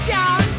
down